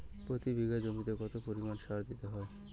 প্রতি বিঘা জমিতে কত পরিমাণ সার দিতে হয়?